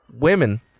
women